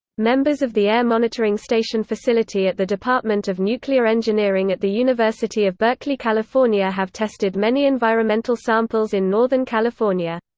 members of the air monitoring station facility at the department of nuclear engineering at the university of berkeley, california have tested many environmental samples in northern california.